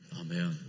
Amen